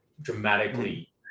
dramatically